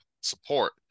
support